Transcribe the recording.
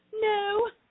No